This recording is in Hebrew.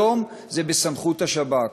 היום זה בסמכות השב"כ.